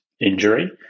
injury